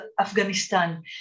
Afghanistan